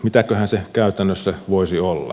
mitäköhän se käytännössä voisi olla